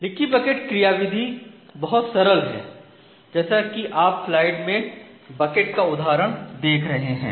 leaky bucket क्रियाविधि बहुत सरल है जैसा कि आप स्लाइड में बकेट का उदाहरण देख रहे हैं